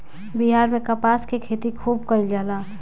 बिहार में कपास के खेती खुब कइल जाला